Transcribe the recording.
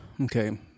Okay